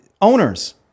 Owners